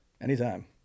anytime